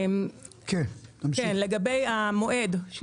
לגבי המועד,